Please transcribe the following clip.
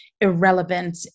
irrelevant